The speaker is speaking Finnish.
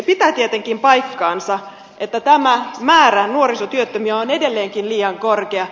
pitää tietenkin paikkansa että tämä määrä nuorisotyöttömiä on edelleenkin liian korkea